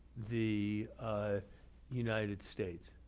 the united states.